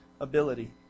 ability